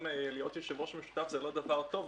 להיות יושב-ראש משותף זה לא דבר טוב.